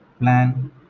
plan